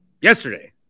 yesterday